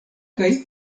kaj